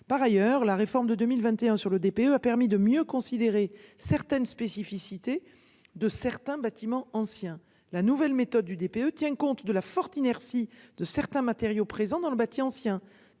Par ailleurs, la réforme de 2021 sur le DPE a permis de mieux considérer certaines spécificités de certains bâtiments anciens, la nouvelle méthode du DPE tient compte de la forte inertie de certains matériaux présents dans le bâti ancien